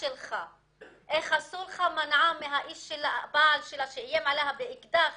איך הסולחה מנעה מהבעל שלה שאיים עליה באקדח